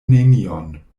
nenion